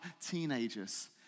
teenagers